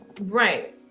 right